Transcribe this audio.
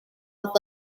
with